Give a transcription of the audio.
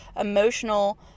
emotional